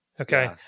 Okay